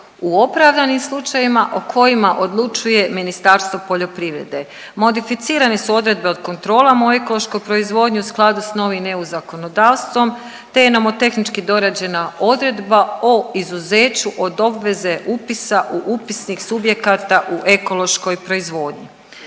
u opravdanim slučajevima o kojima odlučuje Ministarstvo poljoprivrede. Modificirani su odredbe od kontrola ekološku proizvodnju u skladu s novim eu zakonodavstvom, te je nomotehnički dorađena odredba o izuzeću od obveze upisa u upisnik subjekata u ekološkoj proizvodnji.